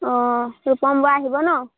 অঁ ৰূপম বৰা আহিব ন